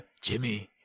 Jimmy